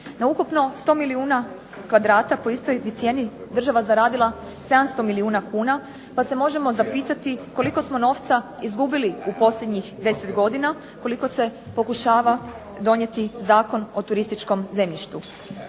Na ukupno 100 milijuna kvadrata po istoj bi cijeni država zaradila 700 milijuna kuna pa se možemo zapitati koliko smo novca izgubili u posljednjih deset godina koliko se pokušava donijeti Zakon o turističkom zemljištu.